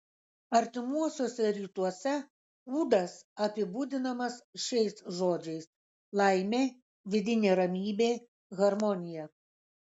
artimuosiuose rytuose ūdas apibūdinamas šiais žodžiais laimė vidinė ramybė harmonija